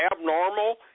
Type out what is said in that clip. abnormal